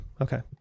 okay